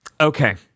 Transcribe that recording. Okay